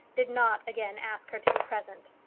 did not again ask her to be present.